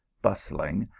bustling,